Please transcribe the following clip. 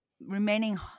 remaining